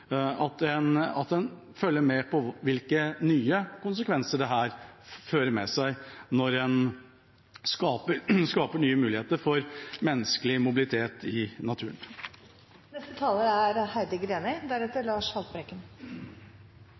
at en følger med på hvilke konsekvenser det fører med seg når en skaper nye muligheter for menneskelig mobilitet i